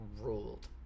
ruled